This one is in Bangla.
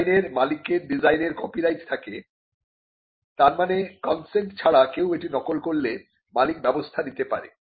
ডিজাইনের মালিকের ডিজাইনের কপিরাইট থাকে তার মানে কন্সেন্ট ছাড়া কেউ এটি নকল করলে মালিক ব্যবস্থা নিতে পারে